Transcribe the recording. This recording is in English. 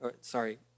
sorry